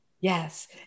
Yes